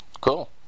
cool